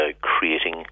creating